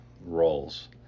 roles